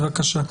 בבקשה.